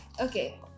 Okay